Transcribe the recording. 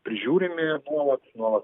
prižiūrimi nuolat nuolat